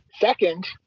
second